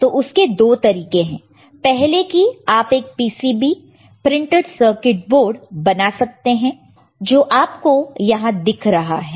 तो उसके दो तरीके हैं पहला यह कि आप एक PCB प्रिंटेड सर्किट बोर्ड बना सकते हैं जो आपको यहां दिख रहा है